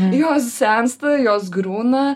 jos sensta jos griūna